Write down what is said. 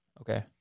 Okay